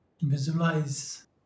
Visualize